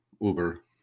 Uber